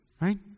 right